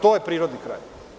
To je prirodni kraj.